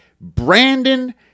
Brandon